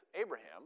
Abraham